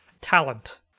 Talent